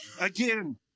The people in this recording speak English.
Again